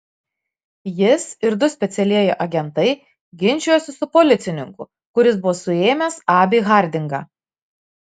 jis ir du specialieji agentai ginčijosi su policininku kuris buvo suėmęs abį hardingą